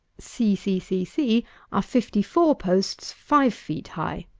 c c c c are fifty-four posts, five feet high,